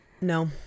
No